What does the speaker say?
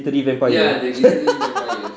the glittery vampire